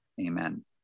Amen